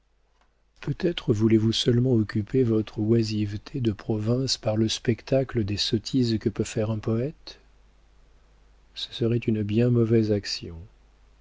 peut-être voulez-vous seulement occuper votre oisiveté de province par le spectacle des sottises que peut faire un poëte ce serait une bien mauvaise action